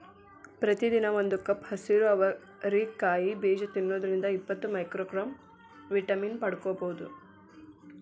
ಪ್ರತಿದಿನ ಒಂದು ಕಪ್ ಹಸಿರು ಅವರಿ ಕಾಯಿ ಬೇಜ ತಿನ್ನೋದ್ರಿಂದ ಇಪ್ಪತ್ತು ಮೈಕ್ರೋಗ್ರಾಂ ವಿಟಮಿನ್ ಪಡ್ಕೋಬೋದು